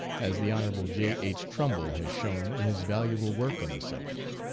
as the hon. j. h. trumbull has shown in his valuable work on the sub ject.